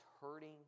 hurting